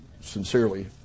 Sincerely